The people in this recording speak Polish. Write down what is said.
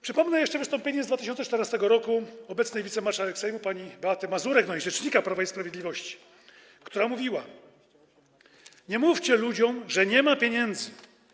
Przypomnę jeszcze wystąpienie z 2014 r. obecnej wicemarszałek Sejmu pani Beaty Mazurek, rzecznika Prawa i Sprawiedliwości, która mówiła: Nie mówcie ludziom, że nie ma pieniędzy.